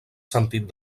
sentit